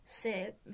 sit